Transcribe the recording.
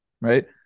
right